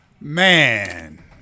Man